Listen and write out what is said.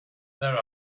there